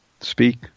speak